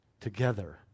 together